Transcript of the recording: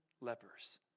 lepers